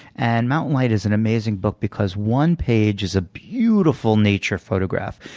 and mountain light is an amazing book because one page is a beautiful nature photograph,